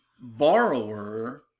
borrower